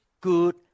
good